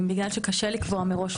בגלל שקשה לקבוע מראש.